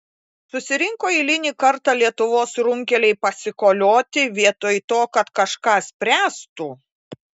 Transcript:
susirinko eilinį kartą lietuvos runkeliai pasikolioti vietoj to kad kažką spręstų